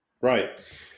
Right